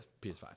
PS5